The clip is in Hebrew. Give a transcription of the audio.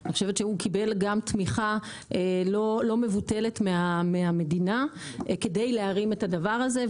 אני חושבת שהוא קיבל גם תמיכה לא מבוטלת מהמדינה כדי להרים את הדבר הזה,